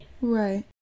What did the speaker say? Right